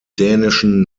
dänischen